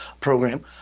program